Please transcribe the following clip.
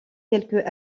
quelques